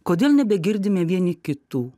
kodėl nebegirdime vieni kitų